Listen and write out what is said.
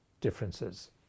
differences